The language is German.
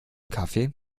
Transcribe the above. kaffee